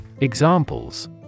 Examples